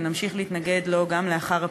ונמשיך להתנגד לו גם לאחר הפיצול.